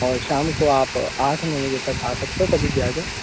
और शाम को आप आठ नौ बजे तक आ सकते हो कभी भी आ जाओ